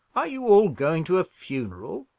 are you all going to a funeral?